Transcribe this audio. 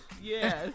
Yes